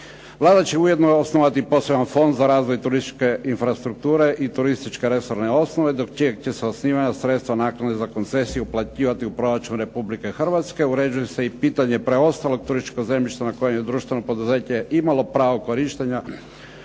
Vlada će ujedno osnovati poseban Fond za razvoj turističke infrastrukture i turističke resorne osnove, do čijeg će se osnivanja sredstva naknade za koncesiju uplaćivati u proračun Republike Hrvatske. Uređuje se i pitanje preostalog turističkog zemljišta na kojem je društveno poduzeće imalo pravo korištenja